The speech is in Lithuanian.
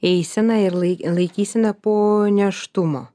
eisena ir lai laikysena po nėštumo